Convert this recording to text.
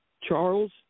Charles –